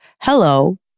Hello